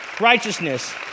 righteousness